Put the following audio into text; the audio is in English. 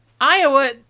iowa